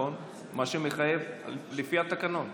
זה מה שמתחייב לפי התקנון.